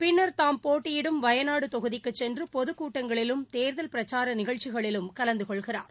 பின்னர் தாம் போட்டியிடும் வயநாடு தொகுதிக்கு சென்று பொதுக்கூட்டங்களிலும் தேர்தல் பிரச்சார நிகழ்ச்சிகளிலும் கலந்தகொள்கிறார்